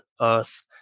Earth